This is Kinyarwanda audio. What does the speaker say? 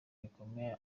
rikomeye